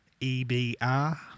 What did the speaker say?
EBR